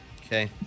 Okay